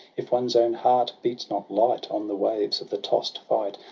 if one's own heart beats not light on the waves of the toss'd fight,